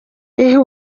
iha